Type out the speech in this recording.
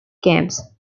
games